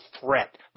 threat